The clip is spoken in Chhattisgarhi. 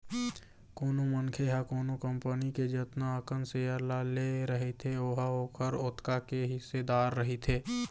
कोनो मनखे ह कोनो कंपनी के जतना अकन सेयर ल ले रहिथे ओहा ओखर ओतका के हिस्सेदार रहिथे